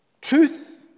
Truth